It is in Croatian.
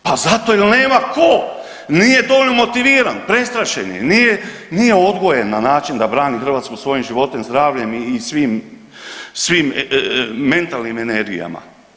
Pa zato jel nema ko, nije dovoljno motiviran, prestrašen je, nije, nije odgojen na način da brani Hrvatsku svojim životom i zdravljem i svim, svim mentalnim energijama.